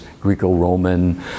Greco-Roman